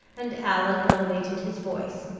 and allan elevated his voice.